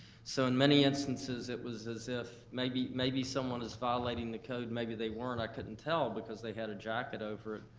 so in many instances it was as if maybe maybe someone is violating the code and maybe they weren't, i couldn't tell, because they had a jacket over it.